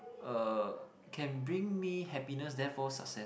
uh can bring me happiness therefore success